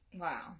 Wow